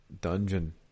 dungeon